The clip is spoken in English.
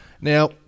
Now